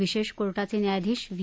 विशेष कोर्टाचे न्यायाधीश व्ही